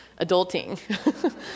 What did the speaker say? adulting